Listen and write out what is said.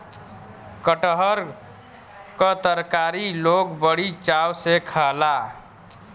कटहर क तरकारी लोग बड़ी चाव से खाला